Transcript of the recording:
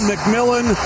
McMillan